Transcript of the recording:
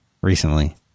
recently